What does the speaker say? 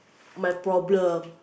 my problem